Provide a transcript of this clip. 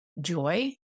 joy